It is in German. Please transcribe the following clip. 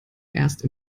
erst